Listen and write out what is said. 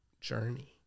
journey